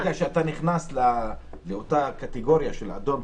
הבנתי שברגע שאתה נכנס לאותה קטגוריה של אדום,